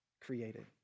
created